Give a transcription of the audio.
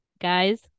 Guys